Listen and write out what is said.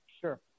Sure